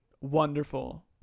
wonderful